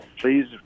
please